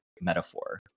metaphor